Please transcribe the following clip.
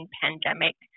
pandemic